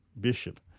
bishop